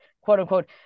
quote-unquote